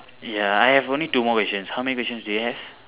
ya I have only two more questions how many questions do you have